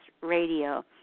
Radio